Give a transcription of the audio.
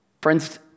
Friends